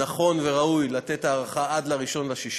נכון וראוי לתת הארכה עד 1 ביוני.